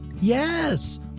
Yes